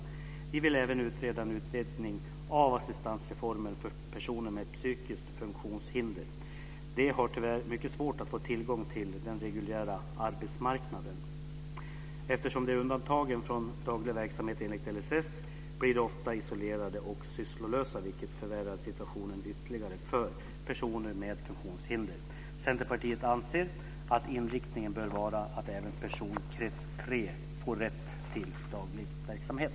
Vi vill även utreda en utvidgning av assistansreformen för personer med psykiskt funktionshinder. De har tyvärr mycket svårt att få tillgång till den reguljära arbetsmarknaden. Eftersom de är undantagna från daglig verksamhet enligt LSS blir de ofta isolerade och sysslolösa, vilket förvärrar situationen ytterligare för personer med psykiskt funktionshinder. Centerpartiet anser att inriktningen bör vara att även personkrets 3 får rätt till daglig verksamhet.